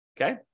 okay